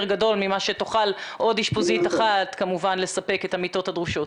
גדול בין מה שתוכל עוד אשפוזית אחת לספק לבין המיטות הדרושות,